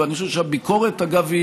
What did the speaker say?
ואני חושב שהביקורת, אגב, היא